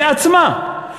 מעצמה.